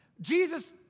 Jesus